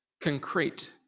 concrete